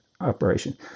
operation